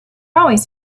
always